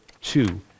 two